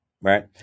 Right